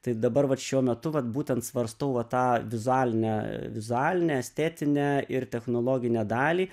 tai dabar vat šiuo metu vat būtent svarstau va tą vizualinę vizualinę estetinę ir technologinę dalį